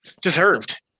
deserved